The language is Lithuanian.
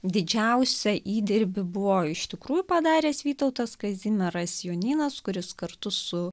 didžiausią įdirbį buvo iš tikrųjų padaręs vytautas kazimieras jonynas kuris kartu su